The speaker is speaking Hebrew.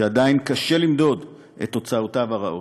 שעדיין קשה למדוד את תוצאותיו הרעות.